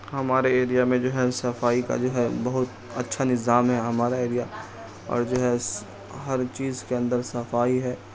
ہمارے ایریا میں جو ہے صفائی کا جو ہے بہت اچھا نظام ہے ہمارا ایریا اور جو ہے ہر چیز کے اندر صافائی ہے